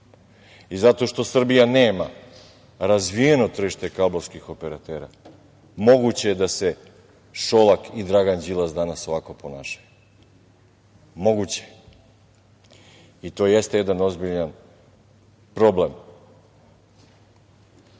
Zato što Srbija nema razvijeno tržište kablovskih operatera moguće je da se Šolak i Dragan Đilas danas ovako ponašaju, moguće je. To jeste ozbiljan problem. Takođe,